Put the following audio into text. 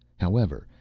however,